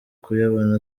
kuyabona